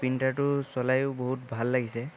প্ৰিণ্টাৰটো চলায়ো বহুত ভাল লাগিছে